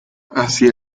hacia